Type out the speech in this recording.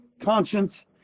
conscience